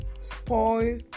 spoil